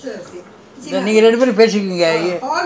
eh eh eh eh